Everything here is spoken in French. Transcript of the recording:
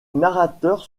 narrateur